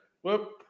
Whoop